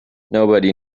nobody